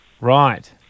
Right